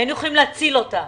היינו יכולים להציל אותה.